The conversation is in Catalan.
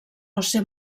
josé